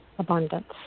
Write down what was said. Abundance